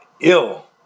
ill